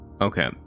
Okay